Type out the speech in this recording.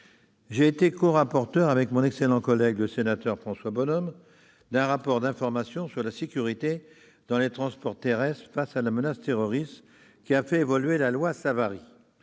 J'ai été corapporteur avec mon collègue François Bonhomme d'un rapport d'information sur la sécurité dans les transports terrestres face à la menace terroriste, qui a fait évoluer la loi Savary.